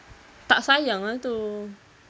tak sayang ah tu